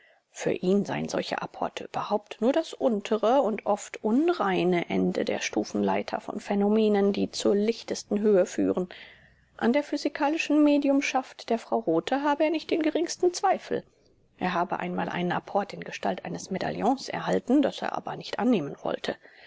für ihn seien solche apporte überhaupt nur das untere und oft unreine ende der stufenleiter von phänomenen die zur lichtesten höhe führen an der physikalischen mediumschaft der frau rothe habe er nicht den geringsten zweifel er habe einmal einen apport in gestalt eines medaillons erhalten das er aber nicht annehmen wollte